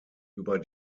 über